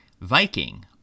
Viking